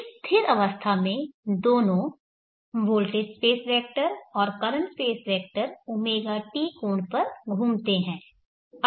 इस स्थिर अवस्था में दोनों वोल्टेज स्पेस वेक्टर और करंट स्पेस वेक्टर ωt कोण पर घूमते हैं